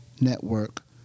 network